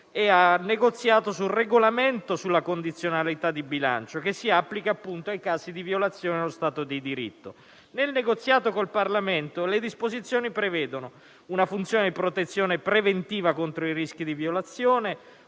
europeo e sul regolamento sulla condizionalità di bilancio che si applica appunto ai casi di violazione dello Stato di diritto. Nel negoziato con il Parlamento, le disposizioni prevedono: una funzione di protezione preventiva contro i rischi di violazione;